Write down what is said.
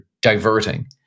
diverting